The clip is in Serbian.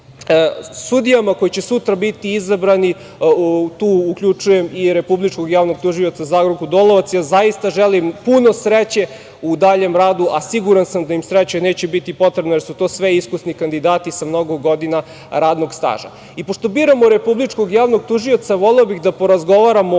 značilo. Sudijama koje će sutra biti izabrani, tu uključujem i Republičkog javnog tužioca, Zagorku Dolovac, zaista želim puno sreće u daljem radu, a siguran sam da im sreća neće biti potrebna jer su to sve iskusni kandidati sa mnogo godina radnog staža. Pošto biramo Republičkog javnog tužioca, voleo bih da porazgovaramo